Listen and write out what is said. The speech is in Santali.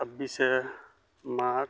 ᱪᱷᱟᱵᱽᱵᱤᱥᱮ ᱢᱟᱜᱽ